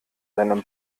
seinem